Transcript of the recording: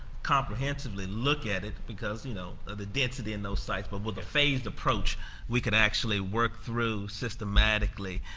comprehensively look at it, because you know of the density in those sites. but with a phased approach we could actually work through systematically